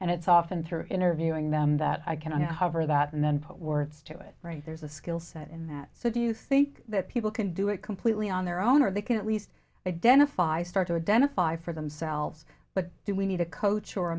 and it's often through interviewing them that i can only hover that and then put words to it there's a skill set in that so do you think that people can do it completely on their own or they can at least identify start to identify for themselves but do we need a coach or a